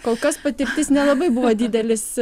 kol kas pati nelabai buvo didelis